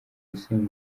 gusenya